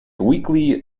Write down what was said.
weekly